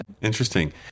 interesting